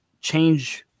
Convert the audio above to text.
change